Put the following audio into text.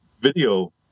video